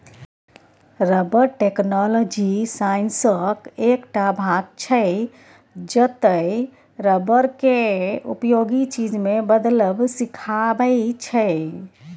rubber technology साइंसक एकटा भाग छै जतय रबर केँ उपयोगी चीज मे बदलब सीखाबै छै